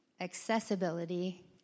accessibility